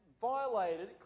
violated